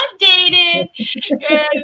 updated